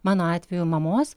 mano atveju mamos